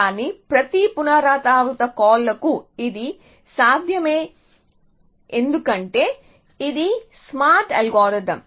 కానీ ప్రతి పునరావృత కాల్లకు ఇది సాధ్యమే ఎందుకంటే ఇది స్మార్ట్ అల్గోరిథం